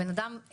אדם,